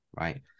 right